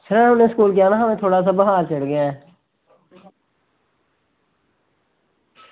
sir में school जाना हा मुझे बुखार चढ़ गया है